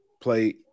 play –